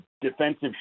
defensive